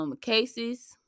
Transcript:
cases